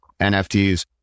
NFTs